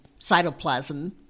cytoplasm